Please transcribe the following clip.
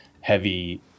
heavy